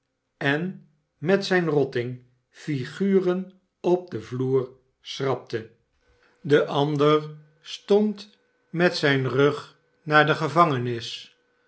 en met zijn rotting figuren op den vloer schrapte de ander stond met zijn rug naar de gevangenis